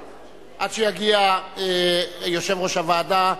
עד שיגיע יושב-ראש הוועדה,